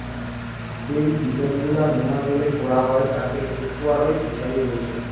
যেই ফিশারি গুলা নোনা জলে কোরা হয় তাকে এস্টুয়ারই ফিসারী বোলছে